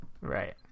Right